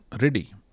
ready